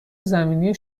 زمینی